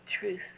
truth